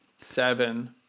seven